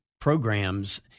programs